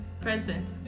president